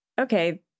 okay